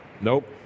nope